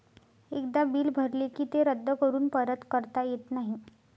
एकदा बिल भरले की ते रद्द करून परत करता येत नाही